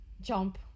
jump